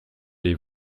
les